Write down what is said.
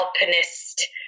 alpinist